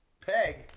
Peg